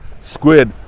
squid